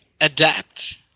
adapt